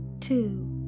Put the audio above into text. two